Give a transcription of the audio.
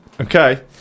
Okay